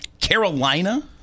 Carolina